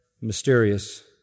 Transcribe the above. mysterious